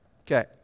Okay